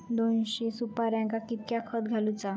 दोनशे सुपार्यांका कितक्या खत घालूचा?